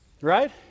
Right